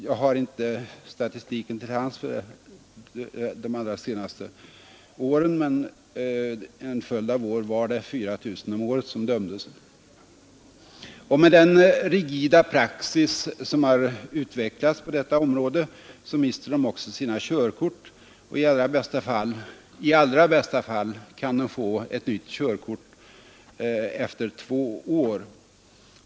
Jag har inte statistiken till hands för de allra senaste åren, men under en följd av år var det 4 000 om året som dömdes. Med den rigida praxis som har utvecklats på detta område mister de också sina körkort, och i allra bästa fall kan de få ett nytt körkort efter två år.